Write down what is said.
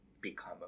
become